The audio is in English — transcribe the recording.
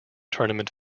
tournament